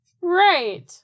Right